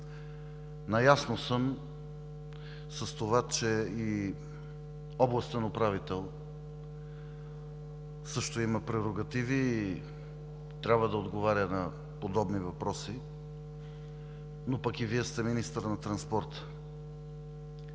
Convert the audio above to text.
Наясно съм с това, че областният управител също има прерогативи и трябва да отговаря на подобни въпроси, но пък и Вие сте министър на транспорта.